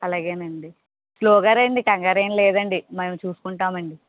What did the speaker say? అలాగేనండి స్లోగా రండి కంగారు ఏంలేదండి మేము చూసుకుంటామండి